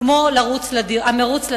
כמו "המירוץ לדירה".